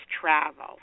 travel